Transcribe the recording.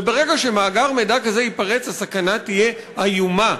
וברגע שמאגר מידע כזה ייפרץ הסכנה תהיה איומה,